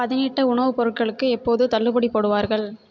பதினெட்டு உணவுப் பொருட்களுக்கு எப்போது தள்ளுபடி போடுவார்கள்